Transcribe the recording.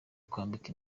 kwambika